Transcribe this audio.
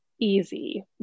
easy